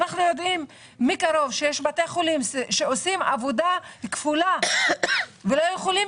אנחנו יודעים מקרוב שיש בתי חולים שעושים עבודה כפולה ולא יכולים